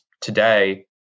today